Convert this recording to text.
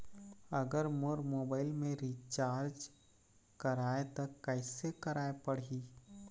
अगर मोर मोबाइल मे रिचार्ज कराए त कैसे कराए पड़ही?